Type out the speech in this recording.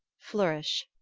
flourish.